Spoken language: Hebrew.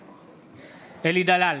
בעד אלי דלל,